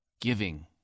Giving